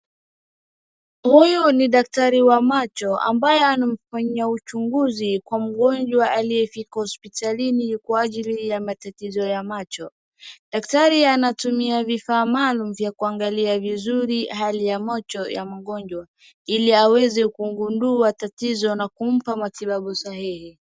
Huyu ni daktari wa macho ambaye anafanyia uchunguzi kwa mgonjwa aliyefika hospitalini kwa ajili ya matatizo ya ya macho, daktrai anatumia vifaa maalum vya kuangalia vizuri hali ya macho ya mgonjwa, ili aweze kugundua tatizo na kumpa matibabu sahihi.